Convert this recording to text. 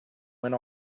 went